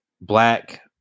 black